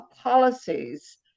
policies